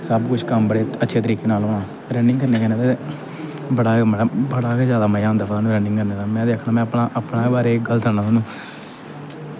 सब कुछ कम्म बड़े अच्छे तरीके नाल होना रनिंग करने कन्नै ते बड़ा बड़ा गै जादा मज़ा होंदा रनिंग करने दे में ते आक्खा ना अपने बारे च गल्ल सनानां तोआनू